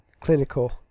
clinical